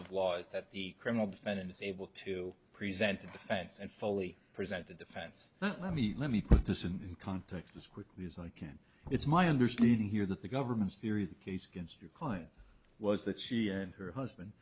of law is that the criminal defendant is able to present a defense and fully present the defense but let me let me put this in context as quickly as i can it's my understanding here that the government's theory case against your client was that she and her husband